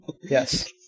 Yes